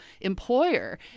employer